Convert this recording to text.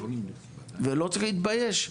ולא צריך להתבייש,